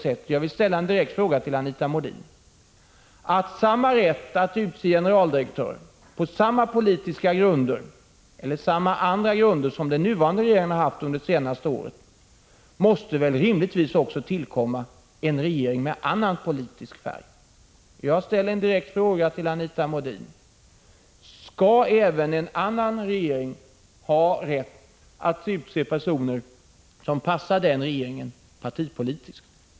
Samma rätt att utse generaldirektörer på samma politiska grunder — eller samma andra grunder som den nuvarande regeringen har haft under det senaste året — måste väl rimligtvis också tillkomma en regering med annan politisk färg. Jag ställer en direkt fråga till Anita Modin: Skall även en annan regering ha rätt att utse personer som passar den regeringen partipolitiskt?